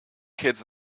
kids